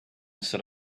stood